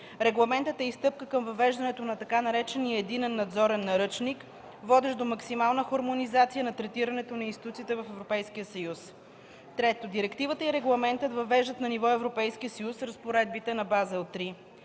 Регламентът е и стъпка към въвеждането на така наречения „Единен надзорен наръчник”, водещ до максимална хармонизация на третирането на институциите в ЕС. III. Директивата и Регламентът въвеждат на ниво Европейски съюз разпоредбите на „Базел 3”.